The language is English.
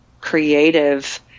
creative